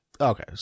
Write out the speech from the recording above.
Okay